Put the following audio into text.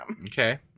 Okay